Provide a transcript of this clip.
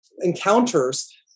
encounters